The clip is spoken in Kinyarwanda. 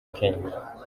kenya